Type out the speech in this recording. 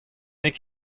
n’eo